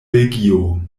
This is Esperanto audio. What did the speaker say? belgio